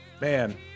man